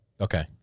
Okay